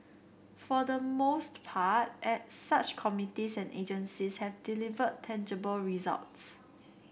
for the most part at such committees and agencies have delivered tangible results